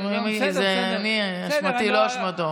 זו אשמתי, לא אשמתו.